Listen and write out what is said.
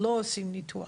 לא עושים ניתוח,